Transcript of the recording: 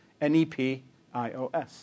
n-e-p-i-o-s